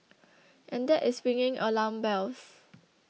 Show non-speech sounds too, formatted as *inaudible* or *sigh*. *noise* and that is ringing alarm bells